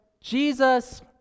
Jesus